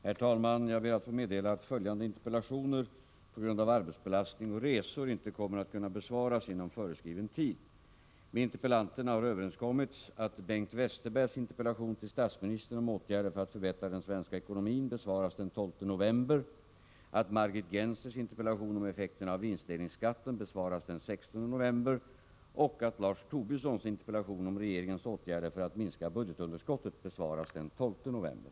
Herr talman! Jag ber att få meddela att följande interpellationer på grund av arbetsbelastning och resor inte kommer att kunna besvaras inom föreskriven tid. Med interpellanterna har överenskommits att Bengt Westerbergs interpellation till statsministern om regeringens åtgärder för att förbättra den svenska ekonomin besvaras den 12 november, att Margit Gennsers interpellation om effekterna av vinstdelningsskatten besvaras den 16 november och att Lars Tobissons interpellation om regeringens åtgärder